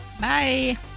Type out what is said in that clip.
Bye